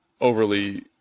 overly